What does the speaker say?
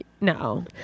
no